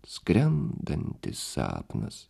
skrendantis sapnas